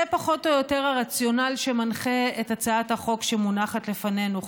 זה פחות או יותר הרציונל שמנחה את הצעת החוק שמונחת לפנינו,